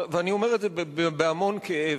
ואני אומר את זה בהמון כאב,